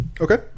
Okay